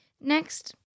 next